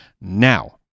now